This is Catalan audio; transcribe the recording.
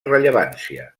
rellevància